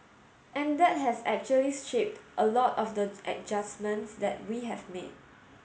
and that has actually shaped a lot of the adjustments that we have made